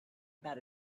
about